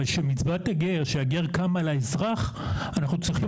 אבל כשמצוות הגר וכשהגר קם על האזרח אנחנו צריכים